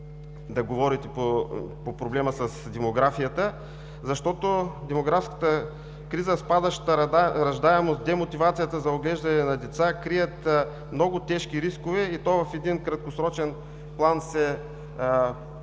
да говорите по проблема с демографията, защото демографската криза – спадащата раждаемост, демотивацията за отглеждане на деца, крият много тежки рискове и в един краткосрочен план ще могат